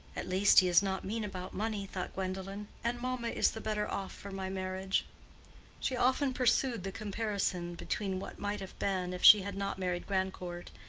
at least he is not mean about money, thought gwendolen, and mamma is the better off for my marriage she often pursued the comparison between what might have been, if she had not married grandcourt,